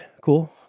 cool